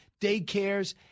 daycares